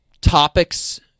topics